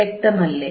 വ്യക്തമല്ലേ